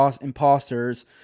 imposters